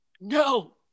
No